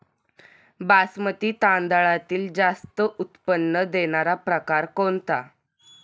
बासमती तांदळातील जास्त उत्पन्न देणारा प्रकार कोणता?